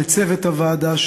לצוות הוועדה,